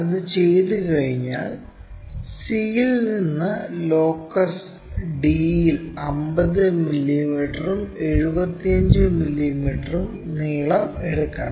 അത് ചെയ്തുകഴിഞ്ഞാൽ c യിൽ നിന്ന് ലോക്കസ് d യിൽ 50 മില്ലീമീറ്ററും 75 മില്ലീമീറ്ററും നീളം എടുക്കണം